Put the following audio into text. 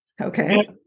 Okay